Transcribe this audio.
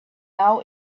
now